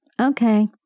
okay